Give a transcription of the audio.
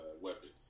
weapons